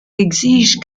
exigent